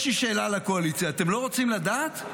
יש לי שאלה לקואליציה: אתם לא רוצים לדעת?